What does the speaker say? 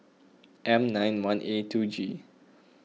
M nine one A two G